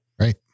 Right